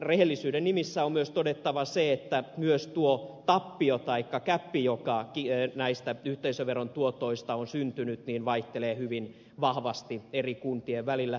rehellisyyden nimissä on myös todettava se että myös tuo tappio taikka gäppi joka näistä yhteisöveron tuotoista on syntynyt vaihtelee hyvin vahvasti eri kuntien välillä